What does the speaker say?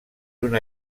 una